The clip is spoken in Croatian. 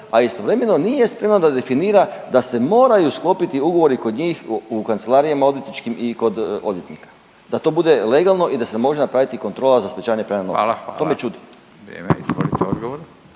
a istovremeno nije spremna da definira da se moraju sklopiti ugovori kod njih u kancelarijama odvjetničkim i kod odvjetnika da to bude legalno i da se može napraviti kontrola za sprječavanje pranja novca, to me čudi. **Radin, Furio